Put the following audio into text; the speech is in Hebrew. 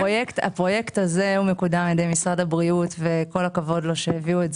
הפרויקט הזה מקודם על ידי משרד הבריאות וכל הכבוד שהביאו.